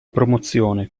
promozione